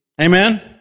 Amen